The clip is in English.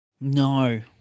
No